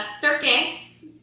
circus